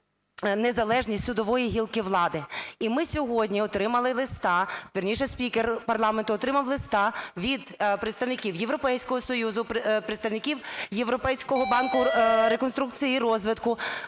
незалежність судової гілки влади. І ми сьогодні отримали листа, вірніше, спікер парламенту отримав листа від представників Європейського Союзу, представників Європейського банку реконструкції і розвитку,